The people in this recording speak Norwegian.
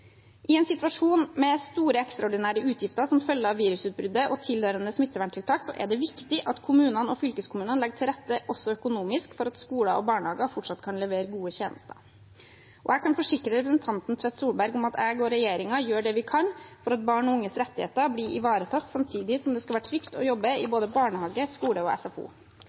I en situasjon med store ekstraordinære utgifter som følge av virusutbruddet og tilhørende smitteverntiltak er det viktig at kommunene og fylkeskommunene legger til rette også økonomisk for at skoler og barnehager fortsatt kan levere gode tjenester. Jeg kan forsikre representanten Torstein Tvedt Solberg om at jeg og regjeringen gjør det vi kan for at barn og unges rettigheter blir ivaretatt, samtidig som det skal være trygt å jobbe i både barnehage, skole og SFO.